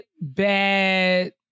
bad